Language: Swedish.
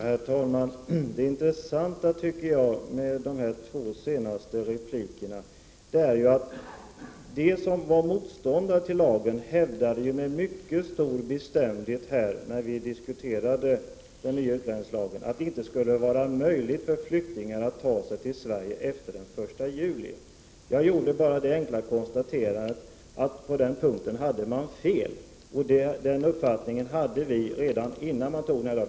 Herr talman! Jag anser att det intressanta med de två senaste replikerna är att när den nya utlämningslagen diskuterades hävdade de som var motståndare till den nya utlänningslagen med mycket stor bestämdhet att det inte skulle vara möjligt för flyktingar att ta sig till Sverige efter den 1 juli. Jag konstaterade helt enkelt att på den punkten hade man fel. Vi hade den uppfattningen redan innan lagen antogs.